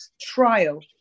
trial